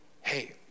hey